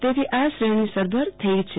તેથી આ શ્રેણી સરભર થઇ છે